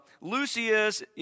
Lucius